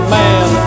man